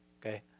okay